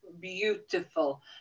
beautiful